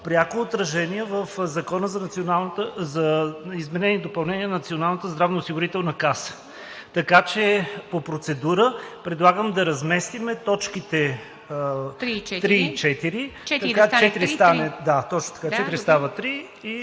пряко отражение в Закона за изменение и допълнение на Националната здравноосигурителна каса, така че по процедура предлагам да разместим точките 3 и 4, така че...